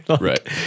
right